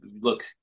look